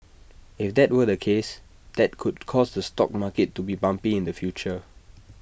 if that were the case that could cause the stock market to be bumpy in the future